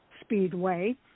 Speedway